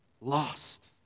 lost